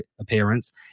appearance